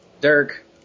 Dirk